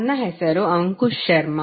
ನನ್ನ ಹೆಸರು ಅಂಕುಶ್ ಶರ್ಮಾ